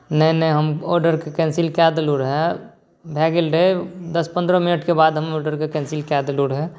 नहि नहि हम ऑडरके कैन्सिल कऽ देलहुँ रहै भऽ गेल रहै दस पनरह मिनटके बाद हम ऑडरके कैन्सिल कऽ देलहुँ रहै